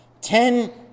Ten